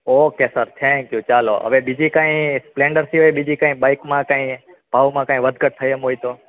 okay sir thank you ચાલો હવે બીજી કંઈ સ્પ્લેન્ડર સિવાય બીજી કોઈ બાઇકમાં કંઈ ભાવમાં કંઈ વધઘટ થાય એમ હોય તો